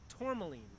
tourmaline